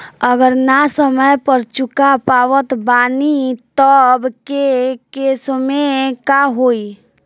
अगर ना समय पर चुका पावत बानी तब के केसमे का होई?